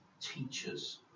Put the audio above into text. teachers